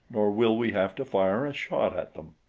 nor will we have to fire a shot at them.